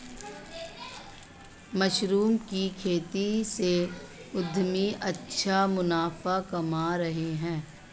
mushroom की खेती से उद्यमी अच्छा मुनाफा कमा रहे हैं